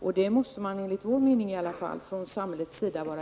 Det måste man, åtminstone enligt vår mening, vara lyhörd för från samhällets sida.